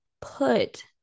put